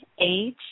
age